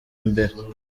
imbere